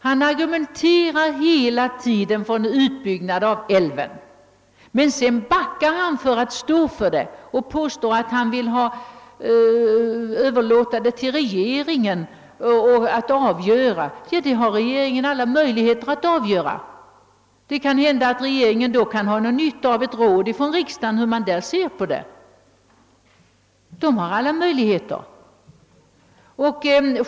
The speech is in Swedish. Han argumenterar hela tiden för en utbyggnad av älven, men sedan törs han inte stå för sin uppfattning. Han påstår, att han vill överlåta åt regeringen att avgöra ärendet. Ja, det har ju regeringen alla möjligheter att göra! Regeringen kan då kanske ha nytta av ett råd från riksdagen — av att få veta hur man där ser på problemet. Regeringen har alla möjligheter kvar.